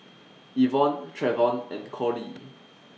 Evonne Travon and Cordie